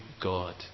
God